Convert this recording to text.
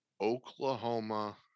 Oklahoma